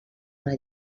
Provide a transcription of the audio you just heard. una